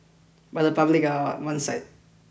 but the public are onside